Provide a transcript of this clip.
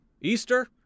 Easter